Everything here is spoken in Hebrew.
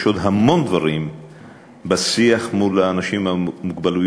יש עוד המון דברים בשיח עם האנשים עם המוגבלות